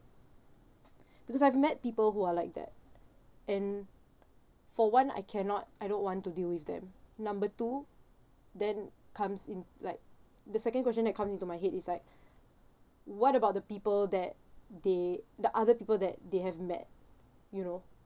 because I've met people who are like that and for one I cannot I don't want to deal with them number two then comes in like the second question that comes into my head is like what about the people that they the other people that they have met you know